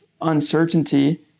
uncertainty